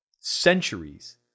centuries